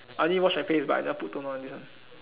I only wash my face but I never put toner all this one